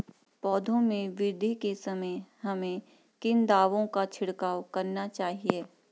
पौधों में वृद्धि के समय हमें किन दावों का छिड़काव करना चाहिए?